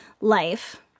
life